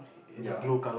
ya